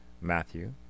Matthew